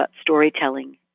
storytelling